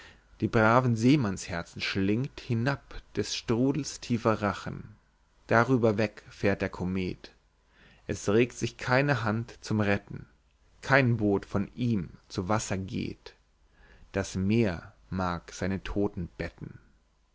die braven seemannsherzen schlingt hinab des strudels tiefer rachen darüber weg fährt der komet es regt sich keine hand zum retten kein boot von ihm zu wasser geht das meer mag seine todten betten